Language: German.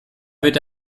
wird